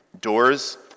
doors